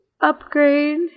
upgrade